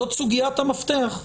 זאת סוגיית המפתח.